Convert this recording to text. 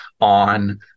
on